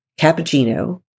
cappuccino